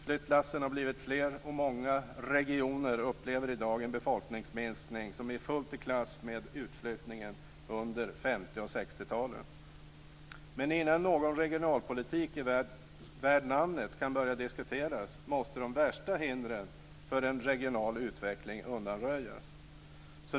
Flyttlassen har blivit fler, och många regioner upplever i dag en befolkningsminskning som är fullt i klass med utflyttningen under 50 och 60 talen. Men innan någon regionalpolitik värd namnet kan börja diskuteras måste de värsta hindren för en regional utveckling undanröjas.